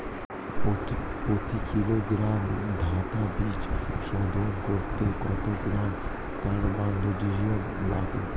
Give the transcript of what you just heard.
প্রতি কিলোগ্রাম গাঁদা বীজ শোধন করতে কত গ্রাম কারবানডাজিম লাগে?